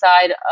side